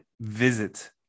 visit